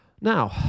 Now